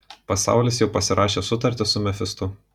pasaulis jau pasirašė sutartį su mefistu